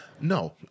no